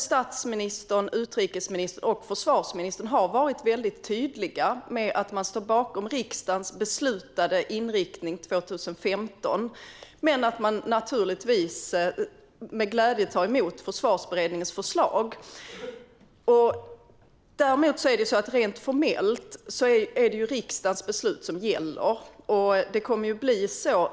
Statsministern, utrikesministern och försvarsministern har varit väldigt tydliga med att man står bakom riksdagens beslutade inriktning från 2015, men att man naturligtvis med glädje tar emot Försvarsberedningens förslag. Däremot är det rent formellt riksdagens beslut som gäller.